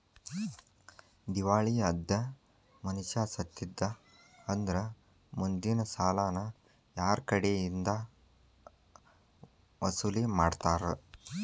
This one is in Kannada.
ದಿವಾಳಿ ಅದ್ ಮನಷಾ ಸತ್ತಿದ್ದಾ ಅಂದ್ರ ಮುಂದಿನ್ ಸಾಲಾನ ಯಾರ್ಕಡೆಇಂದಾ ವಸೂಲಿಮಾಡ್ತಾರ?